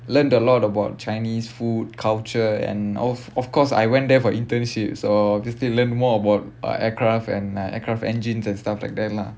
learnt a lot about chinese food culture and of of course I went there for internships obviously learn more about uh aircraft and aircraft engines and stuff like that lah